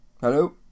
Hello